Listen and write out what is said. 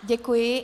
Děkuji.